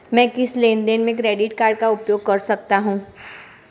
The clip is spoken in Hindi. मैं किस लेनदेन में क्रेडिट कार्ड का उपयोग कर सकता हूं?